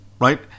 right